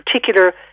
particular